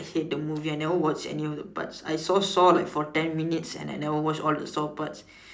I hate the movie I never watched any of the parts I saw saw for like ten minutes and I never watched all the saw parts